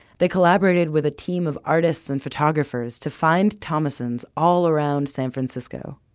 they collaborated with a team of artists and photographers to find thomassons all around san francisco,